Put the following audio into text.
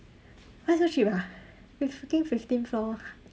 why so cheap ah we freaking fifteen floor